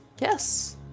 Yes